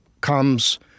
comes